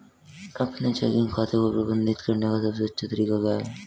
अपने चेकिंग खाते को प्रबंधित करने का सबसे अच्छा तरीका क्या है?